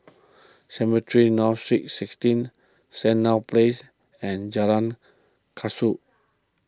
Cemetry North Saint sixteen Sandown Place and Jalan Kasau